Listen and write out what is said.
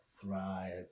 thrive